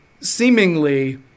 seemingly –